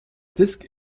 disk